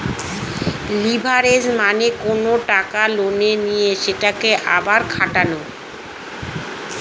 leverage মানে কোনো টাকা লোনে নিয়ে সেটাকে আবার খাটানো